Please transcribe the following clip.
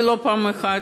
ולא פעם אחת,